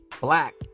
Black